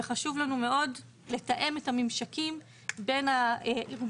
וחשוב לנו מאוד לתאם את הממשקים בין הארגונים